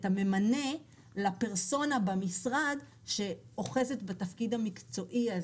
הממנה לפרסונה במשרד שאוחזת בתפקיד המקצועי הזה.